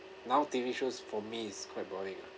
now T_V shows for me is quite boring lah